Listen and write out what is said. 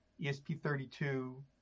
ESP32